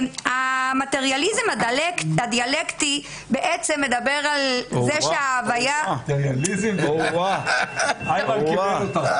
המטריאליזם הדיאלקטי מדבר --- "המטריאליזם הדיאלקטי",